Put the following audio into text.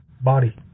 body